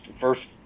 first